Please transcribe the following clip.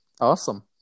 Awesome